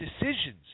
decisions